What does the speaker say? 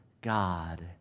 God